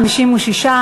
56,